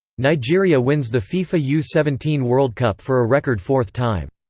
nigeria wins the fifa u seventeen world cup for a record fourth time.